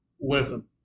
Listen